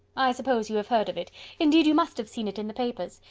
i suppose you have heard of it indeed, you must have seen it in the papers.